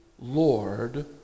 Lord